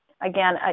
again